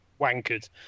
wankered